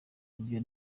ibyo